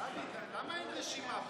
דוד, למה אין רשימה פה?